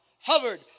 hovered